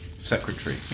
Secretary